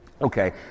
Okay